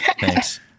thanks